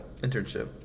Internship